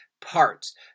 parts